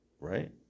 Right